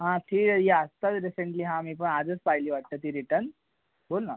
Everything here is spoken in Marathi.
हां ठीक आहे ये आत्ताच रिसेंटली हा मी पण आजच पाहिली वाटतं आत्ता ती रिटन बोल ना